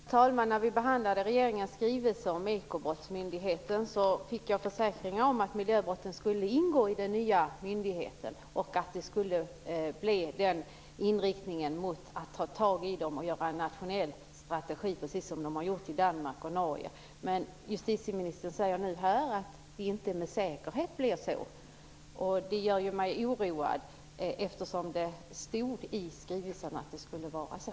Herr talman! När vi behandlade regeringens skrivelse om ekobrottsmyndigheten fick jag försäkringar om att miljöbrotten skulle ingå i den nya myndigheten och att inriktningen skulle bli att ta itu med och utarbeta en nationell strategi, precis som man gjort i Danmark och Norge. Men justitieministern säger nu att det inte med säkerhet bli så. Det gör mig oroad. I skrivelsen stod det att det skulle vara så.